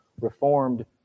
Reformed